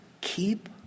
Keep